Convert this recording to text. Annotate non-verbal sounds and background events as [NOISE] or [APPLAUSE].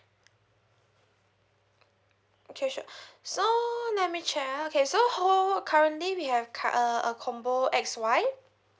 okay sure [BREATH] so let me check ah okay so whole currently we have uh a combo X Y